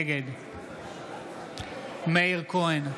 נגד מאיר כהן,